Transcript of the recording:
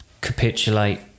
capitulate